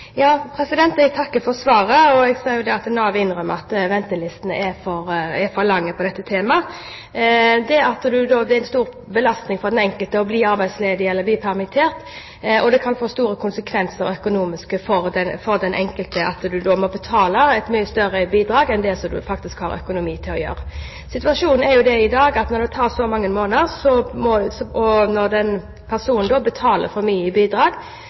Jeg takker for svaret. Jeg forstår at Nav innrømmer at ventelistene er for lange når det gjelder dette temaet. Det er en stor belastning for den enkelte å bli arbeidsledig eller bli permittert, og det kan få store økonomiske konsekvenser for den enkelte at en må betale et mye større bidrag enn det en faktisk har økonomi til. Situasjonen er jo den i dag at det for en person som har betalt for mye i bidrag, vil ta mange måneder før dette blir rettet opp igjen. Han får ikke tilbakebetalt det han har betalt for mye i